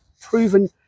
proven